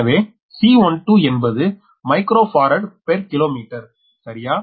எனவே C12 என்பது microfarad per kilometre சரியா